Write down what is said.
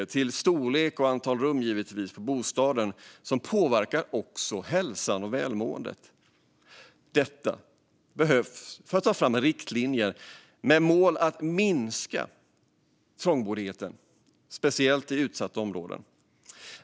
Det handlar om bostadsstorlek och antal rum, vilket också påverkar hälsan och välmåendet. Detta behövs för att ta fram riktlinjer med mål att minska trångboddheten, speciellt i utsatta områden.